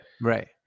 right